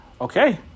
okay